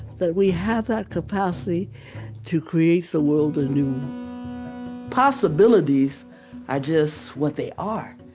that we have that capacity to create the world anew possibilities are just what they are,